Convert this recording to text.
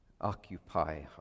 occupy